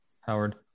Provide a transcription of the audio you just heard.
Howard